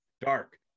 Dark